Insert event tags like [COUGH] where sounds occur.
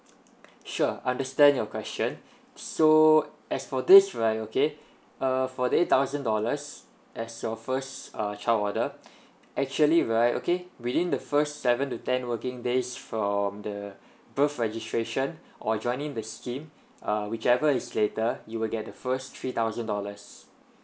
sure understand your question so as for this right okay uh for the eight thousand dollars as your first uh child order [BREATH] actually right okay within the first seven to ten working days from the birth registration or joining the scheme uh whichever is later you will get the first three thousand dollars